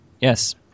Yes